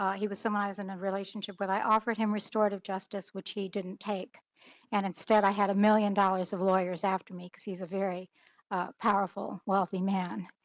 he was summarizing a relationship when i offered him restorative justice, which he didn't take and instead, i had a million dollars of lawyers after me because he's a very powerful wealthy man.